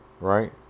right